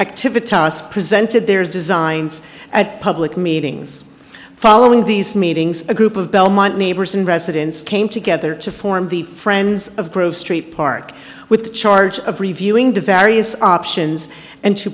us presented their designs at public meetings following these meetings a group of belmont neighbors and residents came together to form the friends of grove street park with charge of reviewing the various options and to